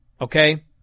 okay